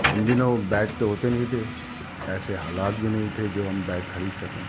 ان دنوں بیٹ تو ہوتے نہیں تھے ایسے حالات بھی نہیں تھے جو ہم بیٹ خرید سکیں